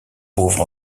pauvres